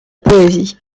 poésie